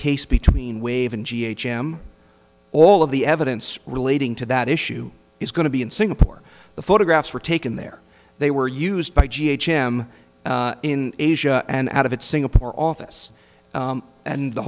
case between wave and him all of the evidence relating to that issue is going to be in singapore the photographs were taken there they were used by him in asia and out of it singapore office and the